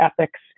ethics